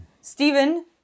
Stephen